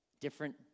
Different